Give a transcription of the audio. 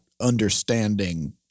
understanding